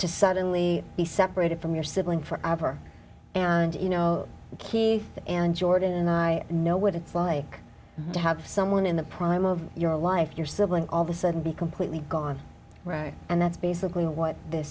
to suddenly be separated from your sibling forever and you know key and jordan and i know what it's like to have someone in the prime of your life your sibling all the sudden be completely gone right and that's basically what th